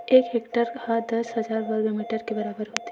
एक हेक्टेअर हा दस हजार वर्ग मीटर के बराबर होथे